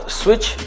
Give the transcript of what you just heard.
switch